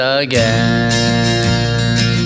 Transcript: again